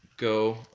Go